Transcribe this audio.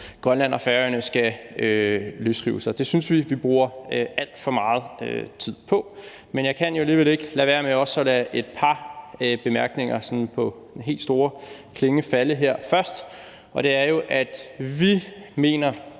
Grønland og Færøerne skal løsrive sig. Det synes vi vi bruger alt for meget tid på. Men jeg kan alligevel ikke lade være med også at lade et par bemærkninger på den helt store klinge falde her først, og det er jo, at vi mener,